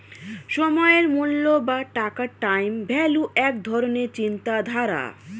সময়ের মূল্য বা টাকার টাইম ভ্যালু এক ধরণের চিন্তাধারা